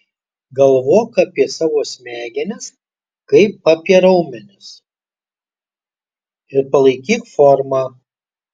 galvok apie savo smegenis kaip apie raumenis ir palaikyk formą